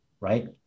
right